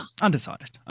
undecided